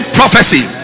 prophecy